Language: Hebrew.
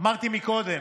אמרתי קודם,